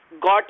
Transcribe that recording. got